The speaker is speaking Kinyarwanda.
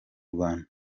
rwanda